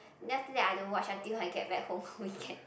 then after that I don't watch until I get back home on weekend